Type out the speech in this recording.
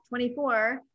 24